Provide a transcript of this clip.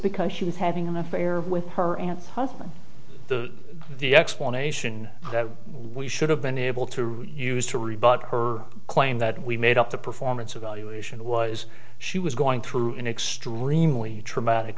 because she was having an affair with her and thought the the explanation that we should have been able to use to rebut her claim that we made up the performance evaluation was she was going through an extremely traumatic